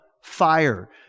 fire